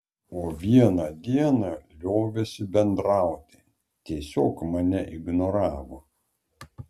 o vieną dieną liovėsi bendrauti tiesiog mane ignoravo